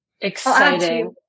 Exciting